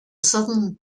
southern